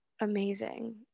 Amazing